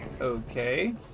Okay